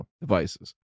devices